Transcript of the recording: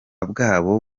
bwabo